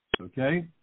Okay